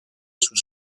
sus